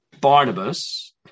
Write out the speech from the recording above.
Barnabas